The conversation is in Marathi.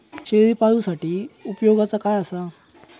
शेळीपाळूसाठी उपयोगाचा काय असा?